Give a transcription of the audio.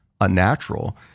unnatural